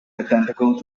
identical